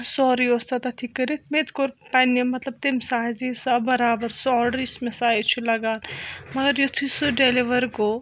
سورُے اوس تَتھ تَتھٕے کٔرِتھ مےٚ تہِ کوٚر پَنٕنہِ مطلب تَمہِ سایِزٕ حِساب برابر سُہ آرڈر یُس مےٚ سایِز چھُ لَگان مگر یِتھُے سُہ ڈیلور گوٚو